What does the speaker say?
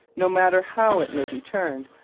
no matter how it may be turned,